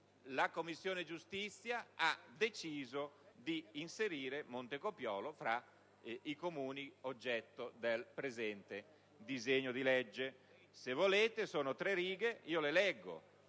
la Commissione giustizia ha deciso di inserire Montecopiolo tra i Comuni oggetto del presente disegno di legge. Data la brevità, do lettura